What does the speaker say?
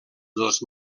dels